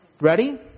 Ready